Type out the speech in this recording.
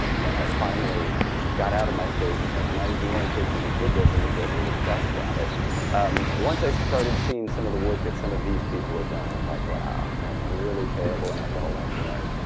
um when i finally got out of my phase of thinking i was the only person who did this and was therefor the best at it once i started seeing some of the work that some of these people had done, i was like, wow, i am really terrible and i've got a lot to learn,